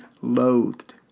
loathed